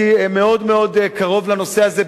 אני הייתי מאוד מאוד קרוב לנושא הזה.